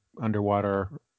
underwater